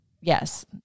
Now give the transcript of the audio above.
Yes